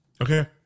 Okay